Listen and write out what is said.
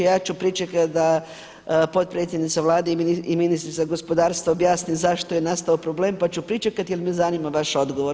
A ja ću pričekati da potpredsjednica Vlade i ministrica gospodarstva objasni zašto je nastao probleme pa ću pričekat jer me zanima vaš odgovor.